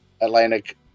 Atlantic